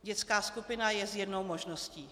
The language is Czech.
Dětská skupina je jednou z možností.